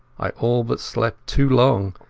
i all but slept too long,